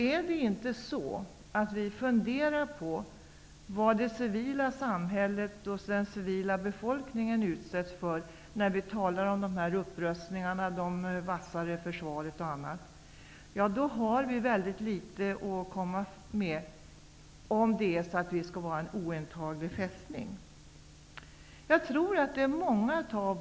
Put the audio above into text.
Är det inte så, att vi funderar över vad det civila samhället och den civila befolkningen utsätts för när vi talar om upprustning, om ett vassare försvar osv.? Om det handlar om att Sverige skall vara en ointaglig fästning har vi väldigt litet att komma med.